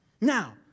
Now